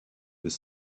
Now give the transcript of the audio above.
with